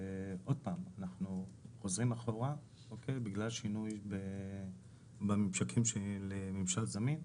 ואנחנו חוזרים בגלל שינויים בממשקים של ממשל זמין,